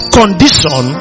condition